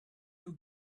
you